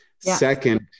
Second